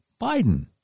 Biden